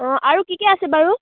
অঁ আৰু কি কি আছে বাৰু